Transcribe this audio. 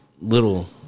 little